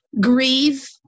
grieve